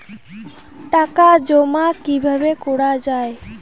টাকা জমা কিভাবে করা য়ায়?